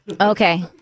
Okay